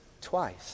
twice